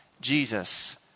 Jesus